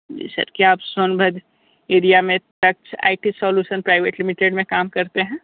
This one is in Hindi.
जी सर क्या आप सोनभद्र एरिया में Taksh I T solution private limited में काम करते हैं